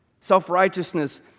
Self-righteousness